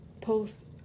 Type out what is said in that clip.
post